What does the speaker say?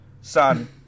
son